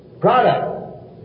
product